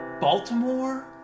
Baltimore